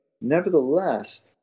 Nevertheless